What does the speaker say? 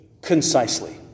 concisely